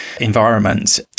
environment